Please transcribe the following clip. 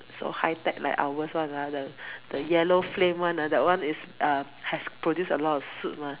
so high tech like ours [one] ah the the yellow flame one ah that one is uh has produce a lot of soot [one]